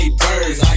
birds